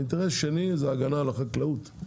אינטרס שני זה הגנה על החקלאות,